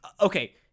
okay